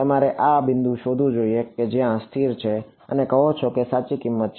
તમારે આ બિંદુ શોધવું જોઈએ કે જ્યાં તે સ્થિર છે અને કહો કે આ સાચી કિંમત છે